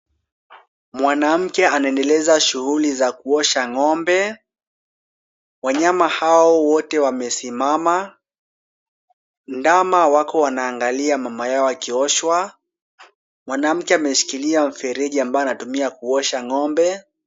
Mwanamke anaendeleza shughuli za kuosha ng'ombe. Wanyama hao wote wamesimama. Ndama wako wanaangalia mama yao akioshwa. Mwanamke ameshikiria mfereji ambao anatumia kuosha ng'ombe.